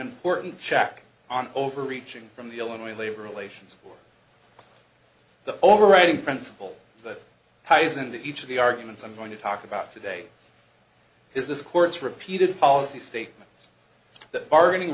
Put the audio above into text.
important check on overreaching from the illinois labor relations for the overriding principle the highs and each of the arguments i'm going to talk about today is this court's repeated policy statement that bargaining